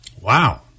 Wow